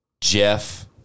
Jeff